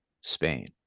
Spain